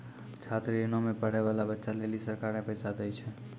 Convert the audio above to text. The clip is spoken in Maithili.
छात्र ऋणो मे पढ़ै बाला बच्चा लेली सरकारें पैसा दै छै